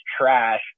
trash